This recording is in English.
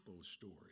story